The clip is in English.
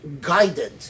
guided